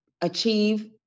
achieve